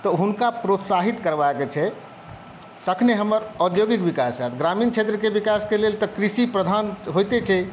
तऽ हुनका प्रोत्साहित करबाक छै तखने हमर औद्योगिक विकास होयत ग्रामीण क्षेत्रक विकासक लेल तऽ कृषिप्रधान होइते छै